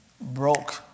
broke